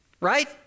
Right